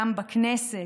גם בכנסת,